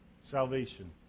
Salvation